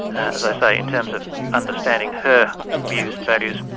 as i say, in terms of understanding her views and values,